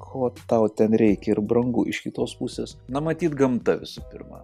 ko tau ten reikia ir brangu iš kitos pusės na matyt gamta visų pirma